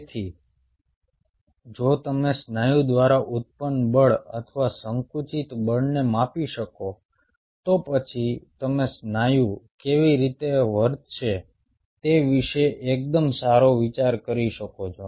તેથી જો તમે સ્નાયુ દ્વારા ઉત્પન્ન બળ અથવા સંકુચિત બળને માપી શકો તો પછી તમે સ્નાયુ કેવી રીતે વર્તશે તે વિશે એકદમ સારો વિચાર કરી શકો છો